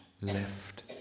left